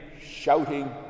shouting